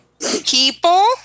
People